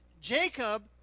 Jacob